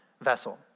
vessel